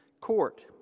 court